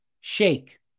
shake